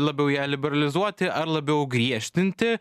labiau ją liberalizuoti ar labiau griežtinti